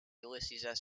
ulysses